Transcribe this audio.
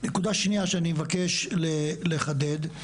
נקודה שניה שאני מבקש לחדד ,